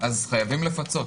חייבים לפצות.